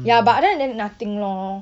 ya but other than that nothing lor